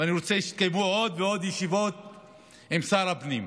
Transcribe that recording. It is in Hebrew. ואני רוצה שיתקיימו עוד ועד ישיבות עם שר הפנים.